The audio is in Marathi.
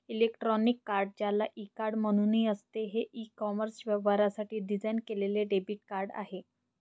इलेक्ट्रॉनिक कार्ड, ज्याला ई कार्ड म्हणूनही असते, हे ई कॉमर्स व्यवहारांसाठी डिझाइन केलेले डेबिट कार्ड आहे